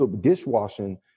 dishwashing